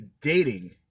dating